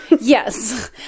Yes